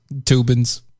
Tubins